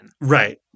Right